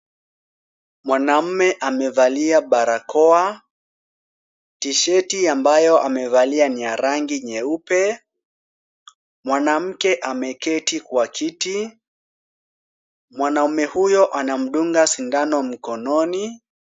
Mwanamme amevalia barakoa, tshirt ambayo amevalia ni ya rangi nyeupe. Mwanamke ameketi kwa kiti. Mwanamme huyo anamdunga sindano mkononi.